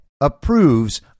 approves